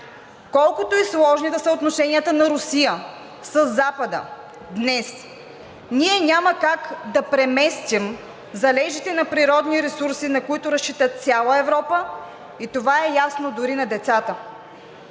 Колкото и сложни да са отношенията на Русия със Запада днес, ние няма как да преместим залежите на природни ресурси, на които разчита цяла Европа, и това е ясно дори на децата.